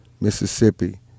Mississippi